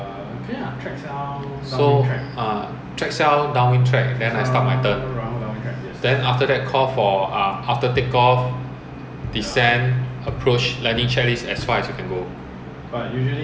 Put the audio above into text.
a beam threshold so it's either forty five seconds or sixty seconds lah depending one thousand five or two thousand ah